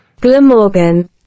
Glamorgan